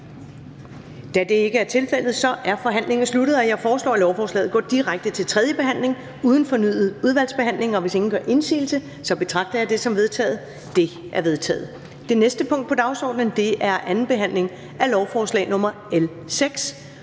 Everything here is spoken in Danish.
Da det ikke er tilfældet, er forhandlingen sluttet. Jeg foreslår, at lovforslaget går direkte til tredje behandling uden fornyet udvalgsbehandling. Hvis ingen gør indsigelse, betragter jeg dette som vedtaget. Det er vedtaget. --- Det næste punkt på dagsordenen er: 8) 2. behandling af lovforslag nr.